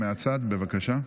מהצד, בבקשה.